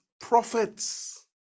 prophets